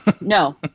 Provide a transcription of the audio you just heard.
No